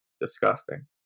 disgusting